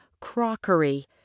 crockery